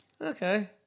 Okay